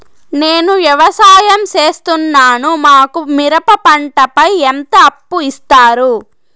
నేను వ్యవసాయం సేస్తున్నాను, మాకు మిరప పంటపై ఎంత అప్పు ఇస్తారు